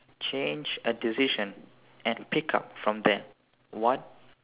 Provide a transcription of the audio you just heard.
change a decision and pick up from there what